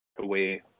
away